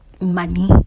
money